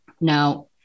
Now